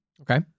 Okay